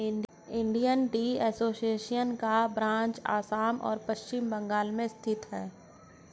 Indian tea association का branch Assam और पश्चिम बंगाल में स्थित है